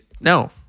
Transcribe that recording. no